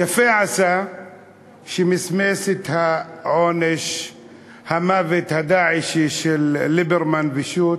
יפה עשה שמסמס את עונש המוות הדאעשי של ליברמן ושות'.